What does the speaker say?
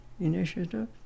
initiative